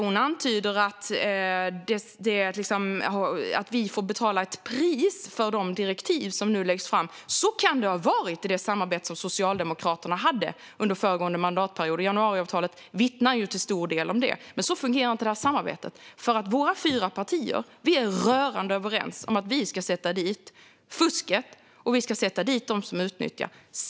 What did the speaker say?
Hon antyder att vi får betala ett pris för de direktiv som nu läggs fram. Så kan det ha varit i det samarbete som Socialdemokraterna hade under föregående mandatperiod. Januariavtalet vittnar till stor del om det. Men så fungerar inte det här samarbetet, för våra fyra partier är rörande överens om att vi ska sätta stopp för fusket och sätta dit dem som utnyttjar.